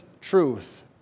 truth